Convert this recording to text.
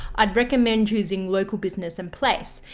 i'd recommend using local business and place.